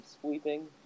sweeping